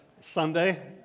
Sunday